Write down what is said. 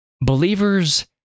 Believers